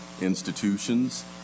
institutions